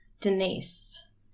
Denise